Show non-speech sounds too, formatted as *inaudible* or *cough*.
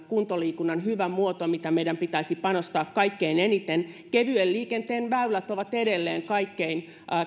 *unintelligible* kuntoliikunnan hyvä muoto mihin meidän pitäisi panostaa kaikkein eniten kevyen liikenteen väylät ovat edelleen kaikkein